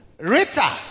rita